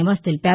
నివాస్ తెలిపారు